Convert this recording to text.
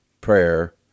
prayer